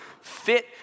fit